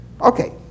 Okay